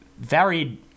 varied